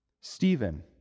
Stephen